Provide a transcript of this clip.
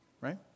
right